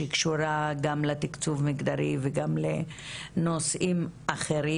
שקשורה גם לתקצוב מגדרי וגם לנושאים אחרים.